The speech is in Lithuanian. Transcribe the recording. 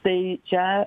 tai čia